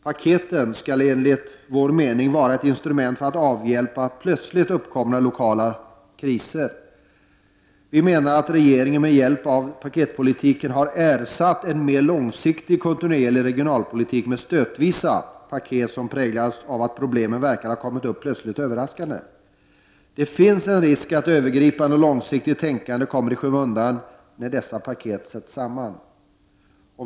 Paketen skall enligt vår mening vara instrument för att avhjälpa plötsligt uppkomna, lokala kriser. Enligt vår mening har regeringen med hjälp av ”paketpolitiken” ersatt en mer långsiktig, kontinuerlig regionalpolitik med stötvisa ”paket”, som präglas av att problemet verkar ha kommit upp plötsligt och överraskande. Det finns en risk att övergripande och långsiktigt tänkande kommer i skymundan när dessa paket sätts samman.